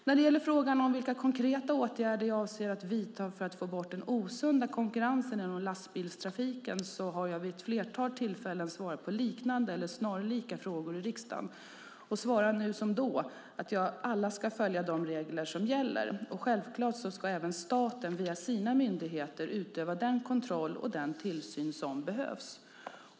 När det gäller frågan om vilka konkreta åtgärder jag avser att vidta för att få bort den osunda konkurrensen inom lastbilstrafiken har jag vid ett flertal tillfällen svarat på liknande eller snarlika frågor i riksdagen och svarar nu som då att alla ska följa de regler som gäller. Självklart ska även staten via sina myndigheter utöva den kontroll och den tillsyn som behövs.